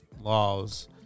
laws